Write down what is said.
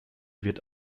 wird